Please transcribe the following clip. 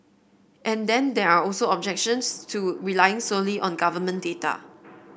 and then there are also objections to relying solely on government data